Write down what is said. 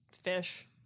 fish